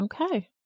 Okay